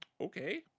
Okay